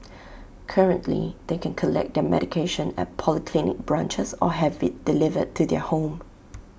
currently they can collect their medication at polyclinic branches or have IT delivered to their home